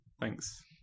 Thanks